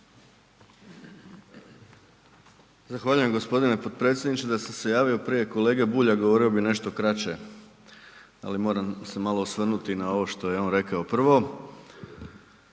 Zahvaljujem gospodine potpredsjedniče. Da sam se javio prije kolege Bulja govorio bih nešto kraće, ali moram se malo osvrnuti i na ovo što je on rekao. Prvo,